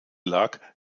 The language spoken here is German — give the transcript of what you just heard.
lag